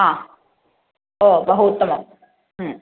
हा ओ बहु उत्तमं